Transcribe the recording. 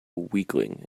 weakling